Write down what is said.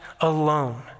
alone